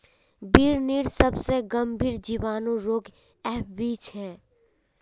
बिर्निर सबसे गंभीर जीवाणु रोग एफ.बी छे